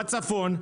בצפון,